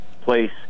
place